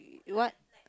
what